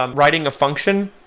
um writing a function,